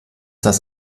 das